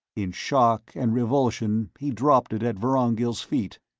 in shock and revulsion, he dropped it at vorongil's feet.